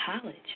college